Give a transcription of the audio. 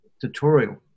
tutorial